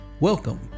Welcome